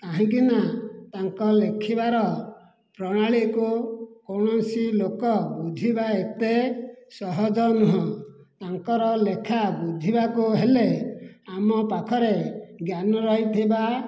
କାହିଁକିନା ତାଙ୍କ ଲେଖିବାର ପ୍ରଣାଳୀକୁ କୌଣସି ଲୋକ ବୁଝିବା ଏତେ ସହଜ ନୁହଁ ତାଙ୍କର ଲେଖା ବୁଝିବାକୁ ହେଲେ ଆମ ପାଖରେ ଜ୍ଞାନ ରହିଥିବା